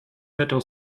total